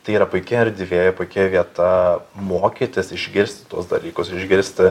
tai yra puiki erdvė puiki vieta mokytis išgirsti tuos dalykus išgirsti